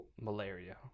Malaria